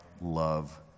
love